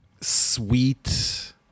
sweet